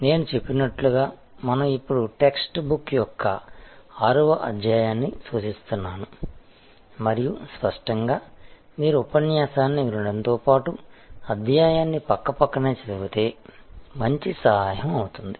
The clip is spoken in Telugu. నేను చెప్పినట్లుగా మనం ఇప్పుడు టెక్స్ట్ బుక్ యొక్క 6 వ అధ్యాయాన్ని సూచిస్తున్నాము మరియు స్పష్టంగా మీరు ఉపన్యాసాన్ని వినడంతో పాటు అధ్యాయాన్ని పక్కపక్కనే చదివితే మంచి సహాయం అవుతుంది